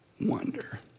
wonder